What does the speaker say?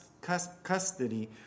custody